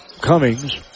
Cummings